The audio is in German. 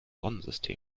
sonnensystem